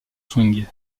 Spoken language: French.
swing